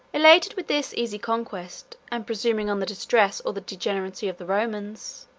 elated with this easy conquest, and presuming on the distresses or the degeneracy of the romans,